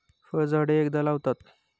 फळझाडे एकदा लावतात